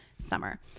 summer